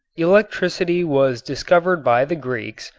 electricity was discovered by the greeks,